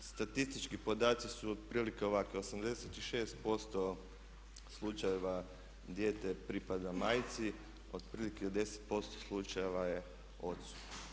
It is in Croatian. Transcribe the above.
Statistički podaci su otprilike ovakvi, u 86% slučajeva dijete pripada majci, otprilike u 10% slučajeva je ocu.